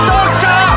Doctor